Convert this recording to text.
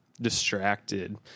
distracted